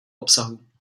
obsahu